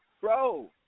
bro